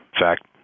fact